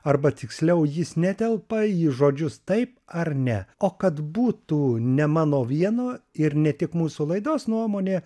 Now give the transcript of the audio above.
arba tiksliau jis netelpa į žodžius taip ar ne o kad būtų ne mano vieno ir ne tik mūsų laidos nuomonė